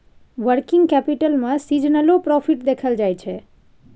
working capital में सीजनलो profit देखल जाइ छइ